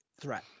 threat